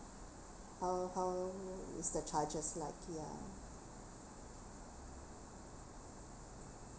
how how is the charges likely ah